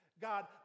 God